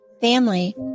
family